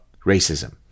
racism